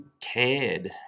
cared